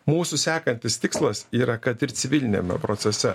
mūsų sekantis tikslas yra kad ir civiliniame procese